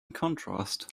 contrast